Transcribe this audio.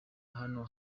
hano